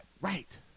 Right